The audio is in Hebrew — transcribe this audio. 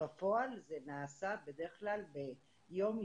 בפועל זה נעשה בדרך כלל ביום,